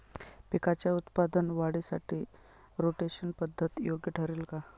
पिकाच्या उत्पादन वाढीसाठी रोटेशन पद्धत योग्य ठरेल का?